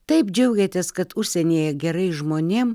taip džiaugiatės kad užsienyje gerai žmonėm